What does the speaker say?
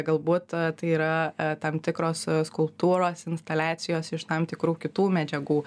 galbūt e tai yra tam tikros e skulptūros instaliacijos iš tam tikrų kitų medžiagų